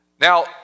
Now